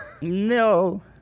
No